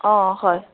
অঁ হয়